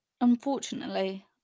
Unfortunately